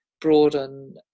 broaden